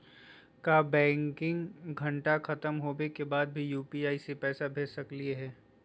का बैंकिंग घंटा खत्म होवे के बाद भी यू.पी.आई से पैसा भेज सकली हे?